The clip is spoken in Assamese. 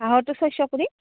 হাঁহতো ছয়শ কৰি